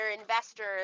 investors